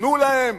תנו להם